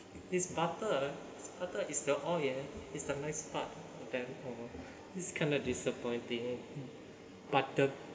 this butter this butter is the oil eh is the nice part then it's kind of disappointing but the